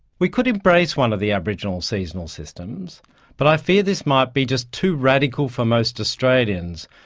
we could embrace one of the aboriginal seasonal systems but i fear this might be just too radical for most australians.